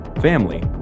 family